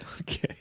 Okay